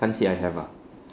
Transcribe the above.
can't say I have ah